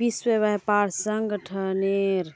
विश्व व्यापार संगठनेर